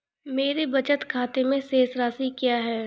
मेरे बचत खाते में शेष राशि क्या है?